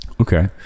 okay